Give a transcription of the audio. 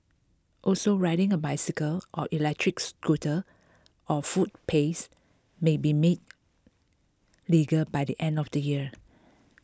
also riding a bicycle or electric scooter on footpaths may be made legal by the end of the year